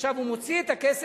עכשיו הוא מוציא את הכסף,